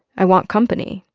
i want company.